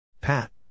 Pat